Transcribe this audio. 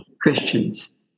Christians